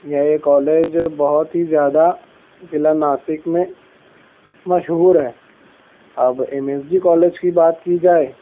یہ کالج بہت ہی زیادہ ضلع ناسک میں مشہور ہے اب ایم ایس جی کالج کی بات کی جائے